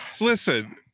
listen